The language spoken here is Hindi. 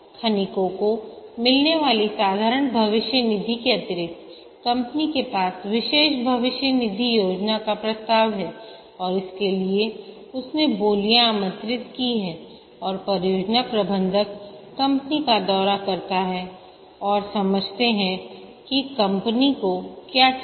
खनिकों को मिलने वाली साधारण भविष्य निधि के अतिरिक्त कंपनी के पास विशेष भविष्य निधि योजना का प्रस्ताव है और इसके लिए उसने बोलियां आमंत्रित की हैं और परियोजना प्रबंधक कंपनी का दौरा करते हैं और समझते हैं कि कंपनी को क्या चाहिए